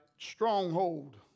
stronghold